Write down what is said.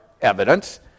evidence